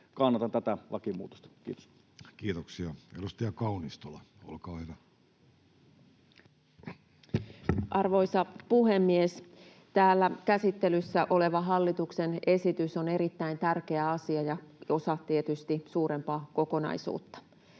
Kannatan tätä lakimuutosta. — Kiitos. Kiitoksia. — Edustaja Kaunistola, olkaa hyvä. Arvoisa puhemies! Täällä käsittelyssä oleva hallituksen esitys on erittäin tärkeä asia ja tietysti osa suurempaa kokonaisuutta.